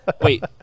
Wait